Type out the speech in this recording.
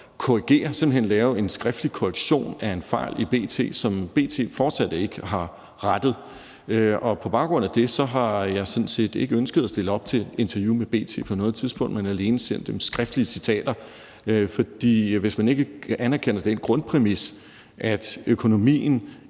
korrigere, simpelt hen lave en skriftlig korrektion af en fejl i B.T., som B.T. forsat ikke har rettet, og på baggrund af det har jeg sådan set ikke ønsket at stille op til interview med B.T. på noget tidspunkt, men alene sendt dem skriftlige citater, for hvis man ikke anerkender den grundpræmis, at økonomien